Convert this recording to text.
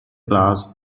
class